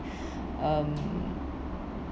um